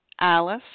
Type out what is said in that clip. Alice